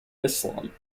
islam